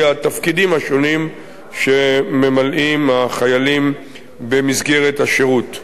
התפקידים השונים שממלאים החיילים במסגרת השירות.